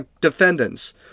defendants